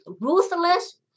ruthless